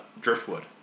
Driftwood